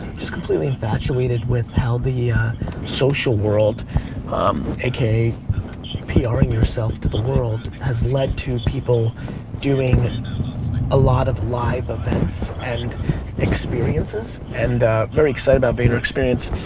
just completely infatuated with how the yeah ah social world um aka pr'ing yourself to the world has lead to people doing a lot of live events and experiences. and very excited about vayner experience.